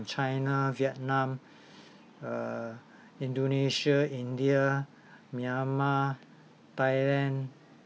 china vietnam err indonesia india myanmar thailand